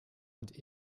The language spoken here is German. und